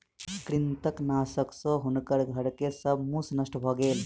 कृंतकनाशक सॅ हुनकर घर के सब मूस नष्ट भ गेल